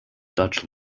dutch